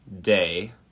day